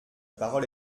parole